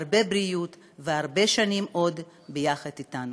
הרבה בריאות ועוד הרבה שנים ביחד אתנו.